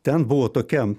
ten buvo tokia